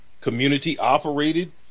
community-operated